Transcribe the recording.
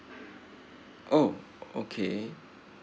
oh okay